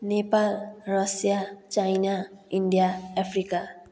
Nepal Russia China India Africa